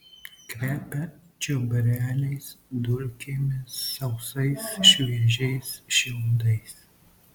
kvepia čiobreliais dulkėmis sausais šviežiais šiaudais